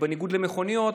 בניגוד למכוניות,